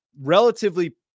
relatively